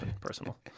personal